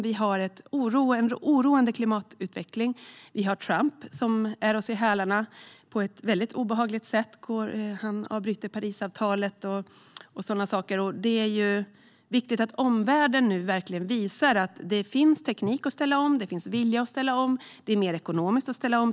Vi har en oroande klimatutveckling. Vi har Trump, som är oss i hälarna på ett mycket obehagligt sätt. Han avbryter Parisavtalet och liknande saker. Det är viktigt att omvärlden nu visar att det finns teknik och vilja att ställa om samt att det är mer ekonomiskt att ställa om.